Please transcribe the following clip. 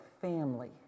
family